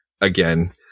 again